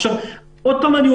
אין שם עוד הרבה מקום.